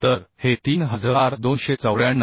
तर हे 3294